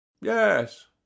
yes